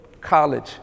college